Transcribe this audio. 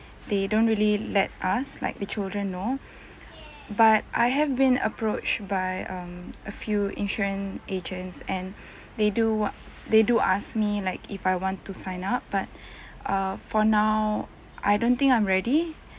they don't really let us like the children know but I have been approached by um a few insurance agents and they do what they do ask me like if I want to sign up but uh for now I don't think I'm ready